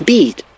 Beat